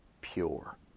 pure